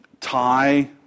tie